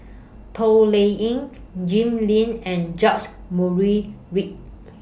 Toh Liying Jim Lim and George Murray Reith